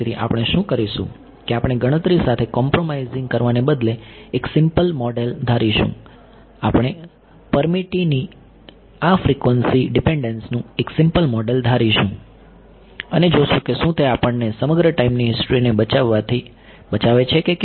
તેથી આપણે શું કરીશું કે આપણે ગણતરી સાથે કોમ્પ્રોમાઈઝિંગ કરવાને બદલે એક સિમ્પલ મોડેલ ધારીશું આપણે પરમીટીની આ ફ્રિકવન્સી ડીપેન્ડંસનું એક સિમ્પલ મોડેલ ધારીશું અને જોશું કે શું તે આપણને સમગ્ર ટાઈમની હિસ્ટ્રીને બચાવવાથી બચાવે છે કે કેમ